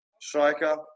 striker